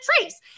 trees